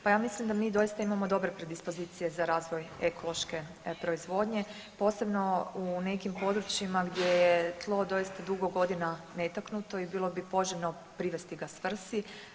Pa ja mislim da mi doista imamo dobre predispozicije za razvoj ekološke proizvodnje posebno u nekim područjima gdje je tlo doista dugo godina netaknuto i bilo bi poželjno privesti ga svrsi.